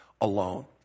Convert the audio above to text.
alone